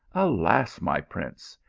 alas, my prince!